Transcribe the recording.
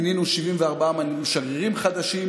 מינינו 74 שגרירים חדשים,